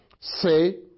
Say